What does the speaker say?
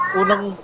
unang